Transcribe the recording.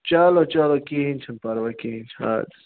چلو چلو کِہیٖنۍ چھُنہٕ پرواے کِہیٖنۍ چھُنہٕ اَد سا